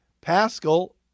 Pascal